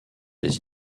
des